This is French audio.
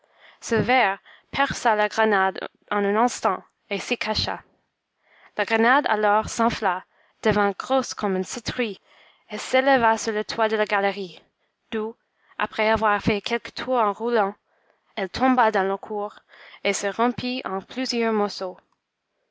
ce ver perça la grenade en un instant et s'y cacha la grenade alors s'enfla devint grosse comme une citrouille et s'éleva sur le toit de la galerie d'où après avoir fait quelques tours en roulant elle tomba dans la cour et se rompit en plusieurs morceaux